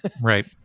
Right